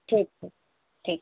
ٹھیک ہے ٹھیک